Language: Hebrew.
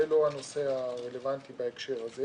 כך שזה לא הנושא הרלוונטי בהקשר הזה,